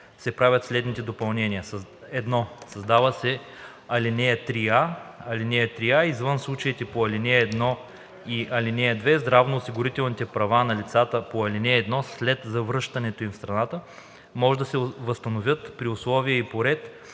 се правят следните допълнения: 1. Създава се ал. 3а: „(3а) Извън случаите по ал. 1 и 2 здравноосигурителните права на лицата по ал. 1 след завръщането им в страната може да се възстановят при условия и по ред,